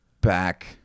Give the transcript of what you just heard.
back